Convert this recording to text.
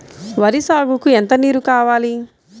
వరి సాగుకు ఎంత నీరు కావాలి?